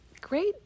great